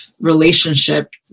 relationship